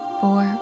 four